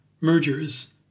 mergers